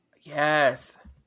Yes